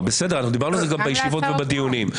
דיברנו על זה גם בישיבות ובדיונים.